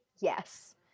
yes